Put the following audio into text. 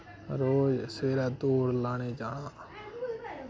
रोज सवैरे दौड़ लाने गी जाना